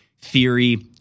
theory